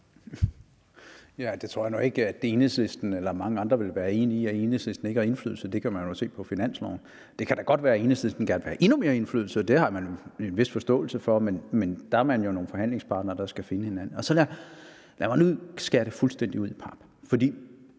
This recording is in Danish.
Jeg tror nu ikke, Enhedslisten og mange andre vil være enige i, at Enhedslisten ikke har indflydelse, det kan man jo se på finansloven. Det kan godt være, at Enhedslisten gerne vil have endnu mere indflydelse, det har man en vis forståelse for, men der er man jo nogle forhandlingspartnere, der skal finde hinanden. Lad mig nu skære det fuldstændig ud i pap,